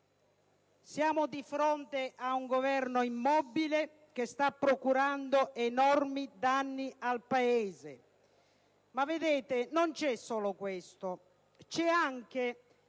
Siamo di fronte a un Governo immobile che sta procurando enormi danni al Paese, ma non c'è solo questo. C'è anche,